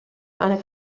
eine